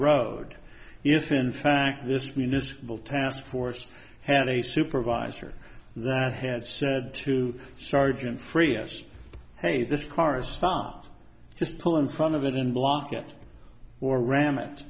road if in fact this municipal task force had a supervisor that had said to sergeant three s hey this corresponds just pull in front of it and block it or ram it